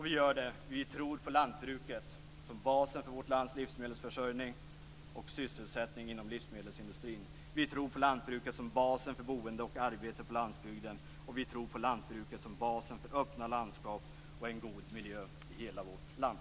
Vi gör det för att vi tror på lantbruket som basen för vårt lands livsmedelsförsörjning och sysselsättning inom livsmedelsindustrin. Vi tror på lantbruket som basen för boende och arbete på landsbygden, och vi tror på lantbruket som basen för öppna landskap och en god miljö i hela vårt land.